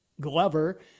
Glover